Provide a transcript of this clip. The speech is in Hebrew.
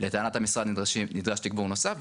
לטענת המשרד נדרש תגבור נוסף,